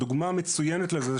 הדוגמה המצוינת לזה,